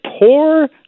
poor